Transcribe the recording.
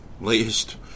latest